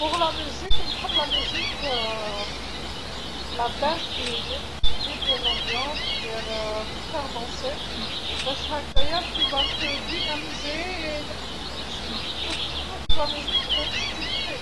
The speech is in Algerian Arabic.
بالنسبة للموسيقى نحب الموسيقى موسيقى اللي دير الجو الجميلة اللي دير تجعلك ترقص باش هكذيا بجانب أنك ستنشط إذا كنت تخدم في شغل هذيك الموسيقى تنشطك.